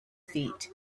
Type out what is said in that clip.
feet